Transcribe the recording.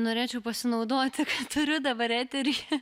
norėčiau pasinaudoti turiu dabar eterį